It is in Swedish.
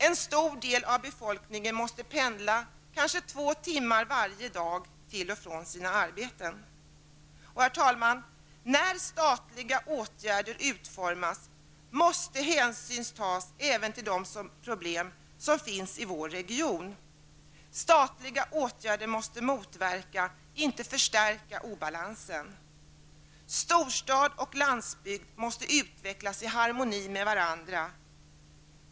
En betydande del av befolkningen måste pendla kanske två timmar varje dag till och från sina arbeten. Herr talman! När statliga åtgärder utformas, måste hänsyn tas även till de probem som finns i vår region. Statliga åtgärder måste motverka, inte förstärka obalansen. Storstad och landsbygd måste utvecklas i harmoni med varandra.